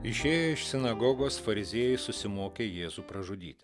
išėję iš sinagogos fariziejai susimokė jėzų pražudyt